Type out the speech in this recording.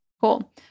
Cool